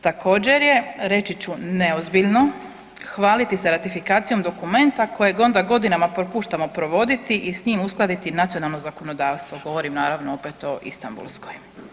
Također je reći ću neozbiljno, hvaliti se ratifikacijom dokumenta kojeg onda godinama propuštamo provoditi i s njim uskladiti nacionalno zakonodavstvo, govorim naravno opet o Istambulskoj.